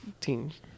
teams